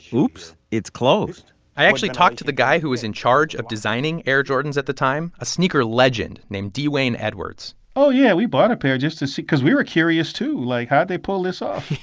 oops, it's closed i actually talked to the guy who was in charge of designing air jordans at the time, a sneaker legend named d'wayne edwards oh, yeah, we bought a pair just to see cause we were curious too, like, how'd they pull this off?